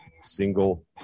single